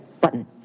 button